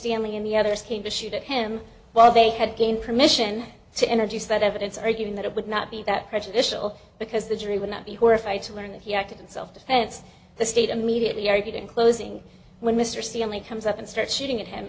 stanley and the others came to shoot at him while they had gained permission to energies that evidence arguing that it would not be that prejudicial because the jury would not be horrified to learn that he acted in self defense the state immediately argued in closing when mr seely comes up and starts shooting at him